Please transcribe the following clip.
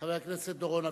חבר הכנסת דורון אביטל.